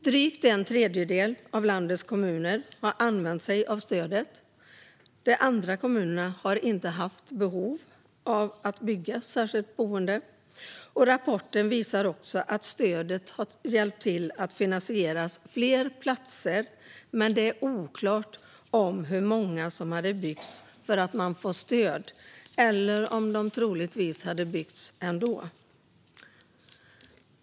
Drygt en tredjedel av landets kommuner har använt sig av stödet. De andra kommunerna har inte haft behov av att bygga särskilda boenden. Rapporten visar också att stödet har hjälpt till att finansiera fler platser, men det är oklart hur många som har byggts för att man fått stöd och hur många som troligtvis hade byggts ändå.